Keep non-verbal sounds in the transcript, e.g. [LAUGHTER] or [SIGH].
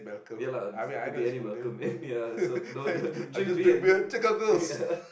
ya lah to be any Malcolm and ya so [LAUGHS] no no drink beer and